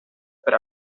per